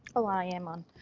oh i am on.